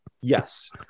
Yes